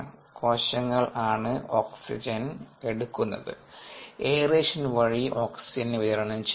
കോശങ്ങൾ ആണ് ഓക്സിജന് എടുക്കുന്നത് എയറേഷന് വഴി ഓക്സിജന് വിതരണം ചെയ്യുന്നു